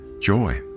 joy